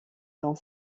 dans